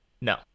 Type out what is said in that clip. No